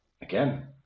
Again